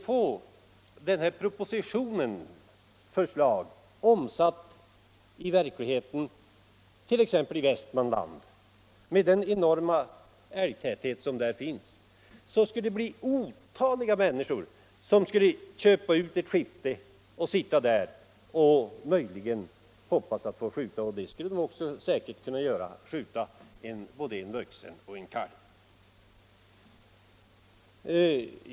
Om propositionens förslag skulle omsättas i verkligheten exempelvis i Västmanland, med den enorma älgtäthet som där finns, skulle otaliga människor köpa ut ett skifte och sitta där och hoppas att få skjuta — och det skulle de även kunna göra — både en vuxen älg och en kalv.